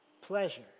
pleasure